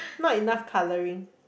not enough colouring